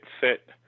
fit